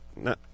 No